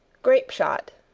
grapeshot,